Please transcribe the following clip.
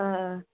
آ آ